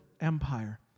Empire